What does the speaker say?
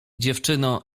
dziewczyno